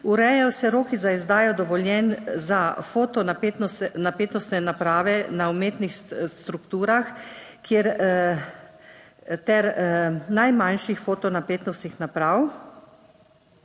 urejajo se roki za izdajo dovoljenj za fotonapetostne naprave na umetnih strukturah ter najmanjših fotonapetost naprav,